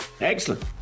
Excellent